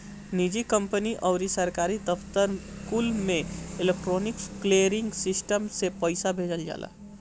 निजी कंपनी अउरी सरकारी दफ्तर कुल में इलेक्ट्रोनिक क्लीयरिंग सिस्टम से पईसा भेजल जाला